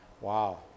Wow